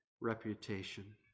reputation